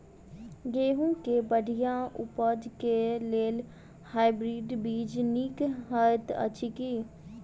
गेंहूँ केँ बढ़िया उपज केँ लेल हाइब्रिड बीज नीक हएत अछि की?